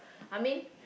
I mean